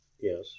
Yes